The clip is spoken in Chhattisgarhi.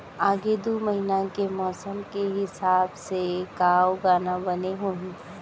आगे दू महीना के मौसम के हिसाब से का उगाना बने होही?